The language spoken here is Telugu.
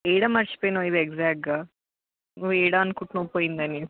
ఎక్కడ మర్చిపోయినావు ఇది ఎగ్జాక్ట్గా నువ్వు ఎక్కడ అనుకుంటునావు పోయిందని